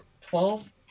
twelve